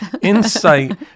insight